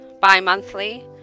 bi-monthly